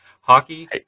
Hockey